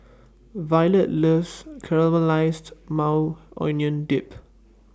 Violet loves Caramelized Maui Onion Dip